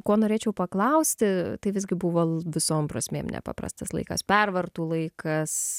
kuo norėčiau paklausti tai visgi buvo visom prasmėm nepaprastas laikas pervartų laikas